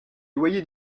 loyers